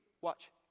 Watch